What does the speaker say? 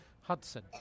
hudson